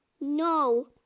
no